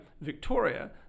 Victoria